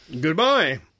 Goodbye